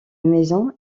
maison